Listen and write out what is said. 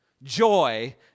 Joy